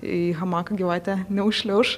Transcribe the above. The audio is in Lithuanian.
į hamaką gyvatę neužšliauš